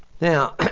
Now